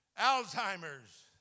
Alzheimer's